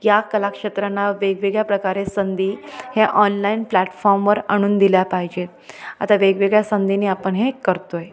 या कलाक्षेत्रांना वेगवेगळ्या प्रकारे संदी ह्या ऑनलाईन प्लॅटफॉर्मवर आणून दिल्या पाहिजेत आता वेगवेगळ्या संधीनी आपण हे करतो आहे